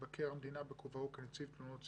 למבקר המדינה בכובעו כנציב תלונות ציבור,